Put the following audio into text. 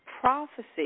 prophecy